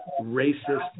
racist